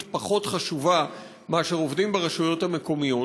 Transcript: פחות חשובה מאשר עובדים ברשויות המקומיות,